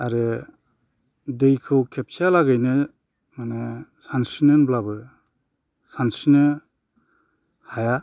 आरो दैखौ खेबसे लागैनो माने सानस्रिनो होनब्लाबो सानस्रिनो हाया